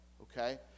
okay